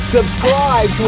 Subscribe